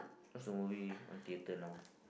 what's the movie on theater now